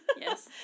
Yes